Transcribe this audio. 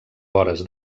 vores